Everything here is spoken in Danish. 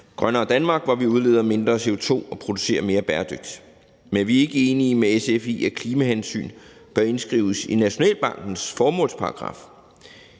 grønnere Danmark, hvor man udleder mindre CO2 og producerer mere bæredygtigt. Men vi er ikke enige med SF i, at klimahensyn bør indskrives i Nationalbankens formålsparagraf.